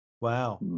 Wow